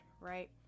right